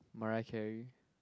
Mariah Carey